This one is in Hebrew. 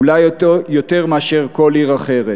אולי יותר מאשר על כל עיר אחרת.